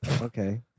Okay